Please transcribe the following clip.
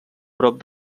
prop